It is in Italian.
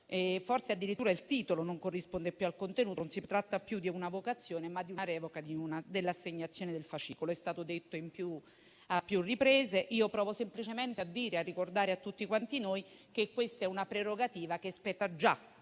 forse addirittura neanche il titolo corrisponde più al contenuto del testo: si tratta non più di un'avocazione, ma di una revoca dell'assegnazione del fascicolo. È stato detto a più riprese. Io provo semplicemente a ricordare a tutti quanti noi che questa è una prerogativa che spetta, già